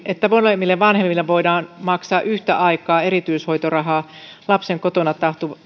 että molemmille vanhemmille voidaan maksaa yhtä aikaa erityishoitorahaa lapsen kotona